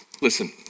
Listen